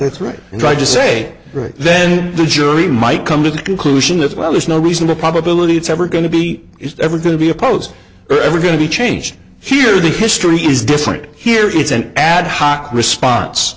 that's right and tried to say right then the jury might come to the conclusion that well there's no reasonable probability it's ever going to be is ever going to be opposed or ever going to be changed here the history is different here it's an ad hoc response